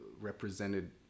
represented